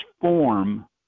form